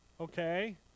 okay